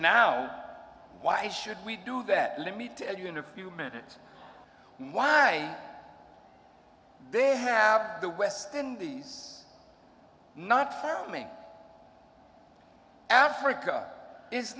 now why should we do that let me tell you in a few minutes why they have the west indies not farming africa is